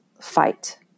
fight